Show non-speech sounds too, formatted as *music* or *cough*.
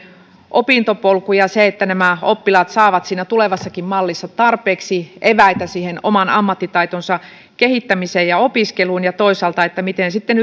opintopolku ja se että nämä oppilaat saavat siinä tulevassakin mallissa tarpeeksi eväitä siihen oman ammattitaitonsa kehittämiseen ja opiskeluun ja toisaalta siitä miten sitten *unintelligible*